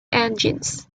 engines